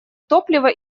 топливо